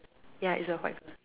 ya it's a white